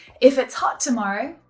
if it's hot tomorrow,